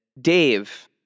Dave